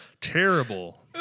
terrible